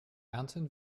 ernten